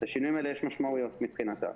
לשינויים האלה יש משמעויות מבחינתה.